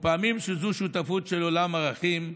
ופעמים זו שותפות של עולם ערכים,